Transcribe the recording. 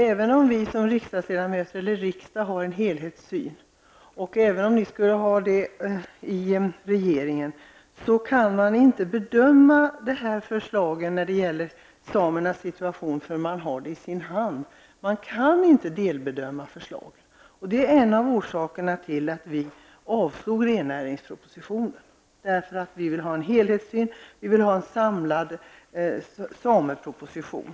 Även om riksdagen har en helhetssyn och även om ni i regeringen har det, kan man inte bedöma förslagen när det gäller samernas situation förrän man har dem i sin hand. Man kan inte delbedöma förslagen. Det är en av orsakerna till att vi avslog rennäringspropositionen. Vi vill alltså ha en helhetssyn och en samlad sameproposition.